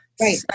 Right